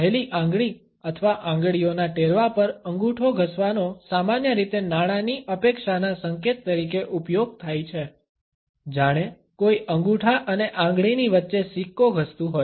પહેલી આંગળી અથવા આંગળીઓના ટેરવા પર અંગૂઠો ઘસવાનો સામાન્ય રીતે નાણાંની અપેક્ષાના સંકેત તરીકે ઉપયોગ થાય છે જાણે કોઈ અંગૂઠા અને આંગળીની વચ્ચે સિક્કો ઘસતું હોય